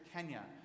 Kenya